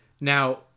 Now